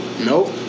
Nope